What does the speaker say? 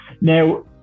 Now